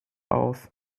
auf